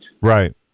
Right